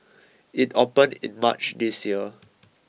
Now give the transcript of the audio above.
it opened in March this year